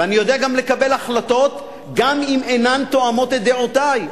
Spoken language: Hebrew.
ואני יודע גם לקבל החלטות גם אם אינן תואמות את דעותי.